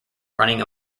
running